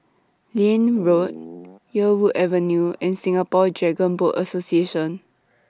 Liane Road Yarwood Avenue and Singapore Dragon Boat Association